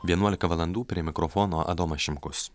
vienuolika valandų prie mikrofono adomas šimkus